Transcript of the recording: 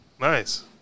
Nice